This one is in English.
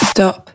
Stop